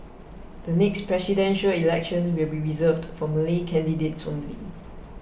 the next Presidential Election will be reserved for Malay candidates only